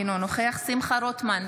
אינו נוכח שמחה רוטמן,